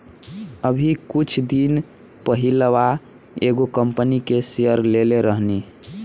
अभी कुछ दिन पहिलवा एगो कंपनी के शेयर लेले रहनी